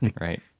right